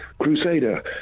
Crusader